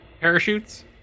parachutes